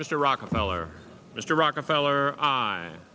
mr rockefeller mr rockefeller a